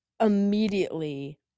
immediately